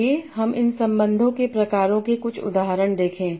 आइए हम इन संबंधों के प्रकारों के कुछ उदाहरण देखें